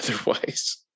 otherwise